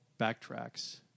Backtracks